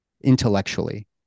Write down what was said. intellectually